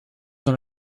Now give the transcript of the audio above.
dans